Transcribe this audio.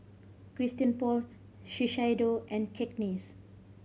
Christian Paul Shiseido and Cakenis